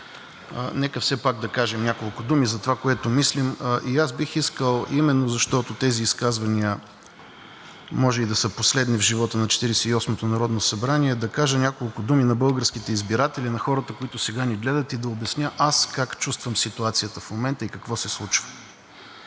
нека все пак да кажем няколко думи за това, което мислим. И аз бих искал именно защото тези изказвания може и да са последни в живота на Четиридесет и осмото народно събрание, да кажа няколко думи на българските избиратели, на хората, които сега ни гледат, и да обясня аз как чувствам ситуацията в момента и какво се случва.